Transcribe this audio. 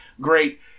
Great